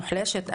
מוחלשת,